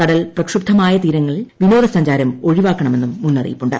കടൽ പ്രക്ഷുബ്ധമായ തീരങ്ങളയൽ വിനോദ സഞ്ചാരം ഒഴിവാക്കണമെന്നും മുന്നറിയിപ്പുണ്ട്